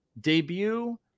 debut